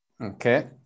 Okay